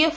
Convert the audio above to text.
F